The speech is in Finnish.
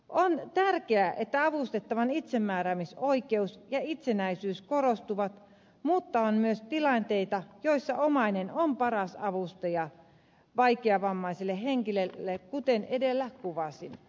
on tärkeää että avustettavan itsemääräämisoikeus ja itsenäisyys korostuvat mutta on myös tilanteita joissa omainen on paras avustaja vaikeavammaiselle henkilölle kuten edellä kuvasin